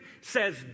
says